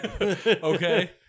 Okay